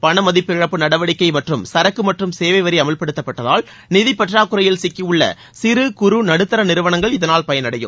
பண மதிப்பிழப்பு நடவடிக்கை மற்றும் சரக்கு மற்றும் சேவை வரி அமல்படுத்தப்பட்டதால் நிதி பற்றாக்குறையில் சிக்கியுள்ள சிறு குறு நடுத்தர நிறுவனங்கள் பயனடையும்